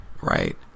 Right